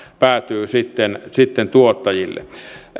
päätyy sitten sitten tuottajille